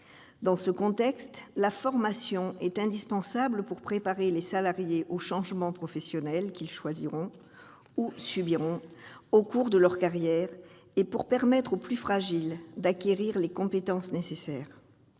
Dans ce contexte, la formation est indispensable pour préparer les salariés aux changements professionnels qu'ils choisiront ou subiront au cours de leur carrière et pour permettre aux plus fragiles d'acquérir les compétences nécessaires.